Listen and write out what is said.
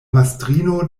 mastrino